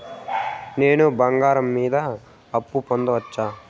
నేను బంగారం మీద అప్పు పొందొచ్చా?